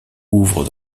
ouvrent